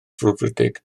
frwdfrydig